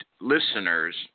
listeners